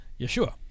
Yeshua